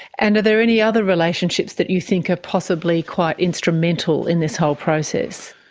and are there any other relationships that you think are possibly quite instrumental in this whole process?